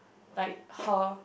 like her